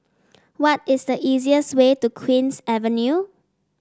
what is the easiest way to Queen's Avenue